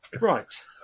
Right